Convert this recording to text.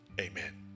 Amen